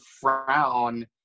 frown